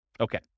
Okay